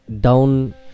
down